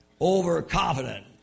overconfident